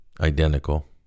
Identical